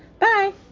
bye